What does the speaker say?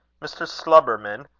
mr. slubberman,